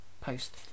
post